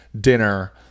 dinner